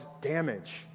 damage